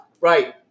Right